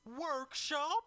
Workshop